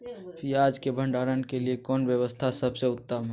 पियाज़ के भंडारण के लिए कौन व्यवस्था सबसे उत्तम है?